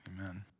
Amen